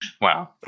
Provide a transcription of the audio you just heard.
Wow